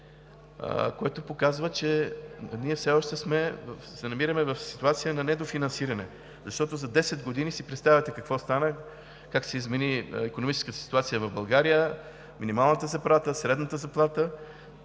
което показва, че все още се намираме в ситуация на недофинансиране, защото за 10 години си представяте какво стана, как се измени икономическата ситуация в България – минималната заплата, средната заплата.